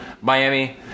miami